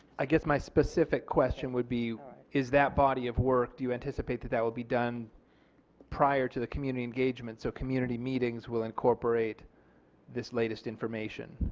i guess my specific question would be is that body of work do you anticipate that that will be done prior to the community engagements so community meetings will incorporate this latest information?